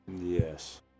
Yes